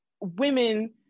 women